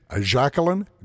Jacqueline